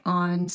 on